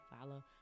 follow